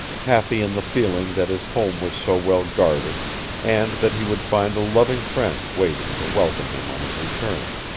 happy in the feeling that his home was so well guarded and that he would find a loving friend waiting to welcome him on his return.